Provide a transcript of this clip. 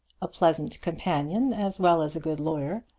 a pleasant companion as well as a good lawyer,